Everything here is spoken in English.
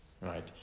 Right